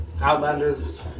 Outlanders